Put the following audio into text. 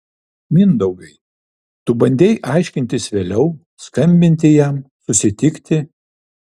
mindaugai tu bandei aiškintis vėliau skambinti jam susitikti